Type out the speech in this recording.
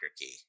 key